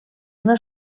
una